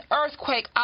earthquake